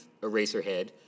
Eraserhead